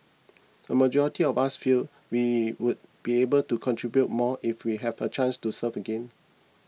a majority of us feel we would be able to contribute more if we have a chance to serve again